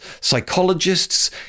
psychologists